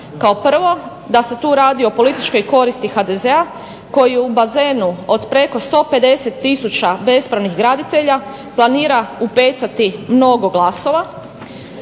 Kao prvo da se tu radi o političkoj koristiti HDZ-a koji u bazenu od preko 150 tisuća bespravnih graditelja planira upecati mnogo glasova.